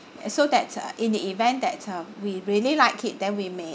so that uh in the event that um we really like it then we may